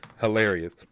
hilarious